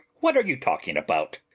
what are you talking about?